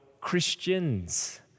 Christians